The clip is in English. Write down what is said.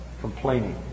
complaining